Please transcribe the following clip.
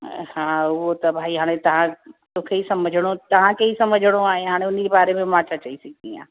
हा उहो त भई हाणे तव्हां तोखे ई सम्झणो तव्हांखे ई सम्झणो आहे हाणे उनजे बारे में मां छा चई सघंदी आहियां